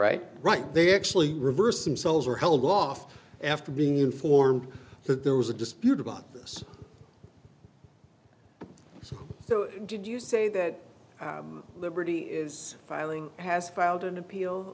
right right they actually reversed themselves or held off after being informed that there was a dispute about this so did you say that liberty is filing has filed an appeal